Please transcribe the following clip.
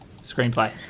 screenplay